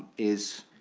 is,